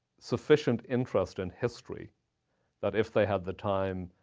sufficient interest in history that if they had the time,